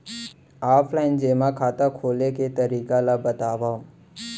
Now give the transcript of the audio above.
Offline जेमा खाता खोले के तरीका ल बतावव?